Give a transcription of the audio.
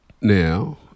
now